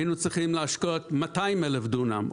היינו צריכים להשקות 200 אלף דונם,